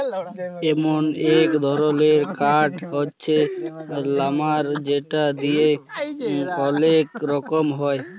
এমল এক ধরলের কাঠ হচ্যে লাম্বার যেটা দিয়ে ওলেক কম হ্যয়